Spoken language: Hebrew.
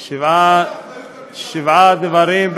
מה זה "האחריות על משרד" שבעה דברים בחכם,